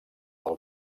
del